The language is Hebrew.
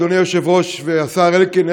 אדוני היושב-ראש והשר אלקין,